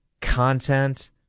content